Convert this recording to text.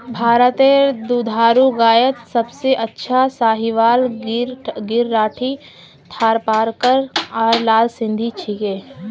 भारतत दुधारू गायत सबसे अच्छा साहीवाल गिर राठी थारपारकर आर लाल सिंधी छिके